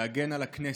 להגן על הכנסת,